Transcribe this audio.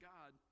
God